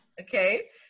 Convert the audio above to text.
Okay